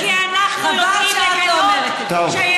חבל שאת לא אומרת את זה.